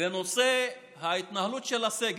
בנושא ההתנהלות של הסגר.